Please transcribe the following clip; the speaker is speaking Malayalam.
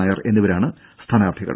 നായർ എന്നിവരാണ് സ്ഥാനാർഥികൾ